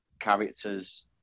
characters